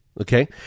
Okay